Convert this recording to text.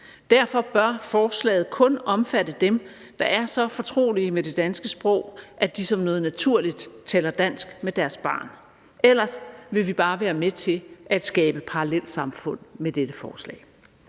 Derfor bør forslaget kun omfatte dem, der er så fortrolige med det danske sprog, at de som noget naturligt taler dansk med deres barn. Ellers vil vi bare være med til at skabe parallelsamfund med dette forslag.